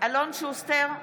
אלון שוסטר,